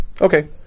Okay